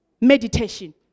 Meditation